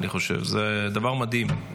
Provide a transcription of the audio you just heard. אני חושב שזה דבר מדהים.